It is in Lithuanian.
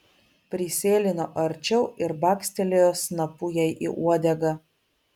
prisėlino arčiau ir bakstelėjo snapu jai į uodegą